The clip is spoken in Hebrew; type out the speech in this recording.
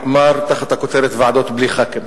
מאמר תחת הכותרת "ועדות בלי ח"כים".